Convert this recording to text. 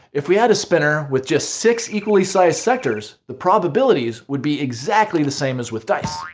if we had a spinner with just six equally sized sectors, the probabilities would be exactly the same as with dice.